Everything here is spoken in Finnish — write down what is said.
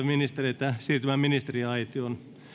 ministereitä siirtymään ministeriaitioon